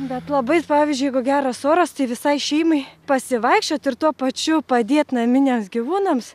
bet labai pavyzdžiui jeigu geras oras tai visai šeimai pasivaikščiot ir tuo pačiu padėt naminiams gyvūnams